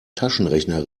taschenrechner